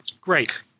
Great